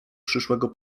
przyszłego